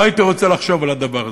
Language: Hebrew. לא הייתי רוצה לחשוב על הדבר הזה.